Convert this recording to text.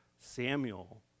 Samuel